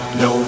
no